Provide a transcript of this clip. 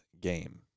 game